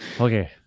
Okay